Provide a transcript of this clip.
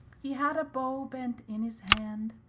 he had a bow bent in his hand,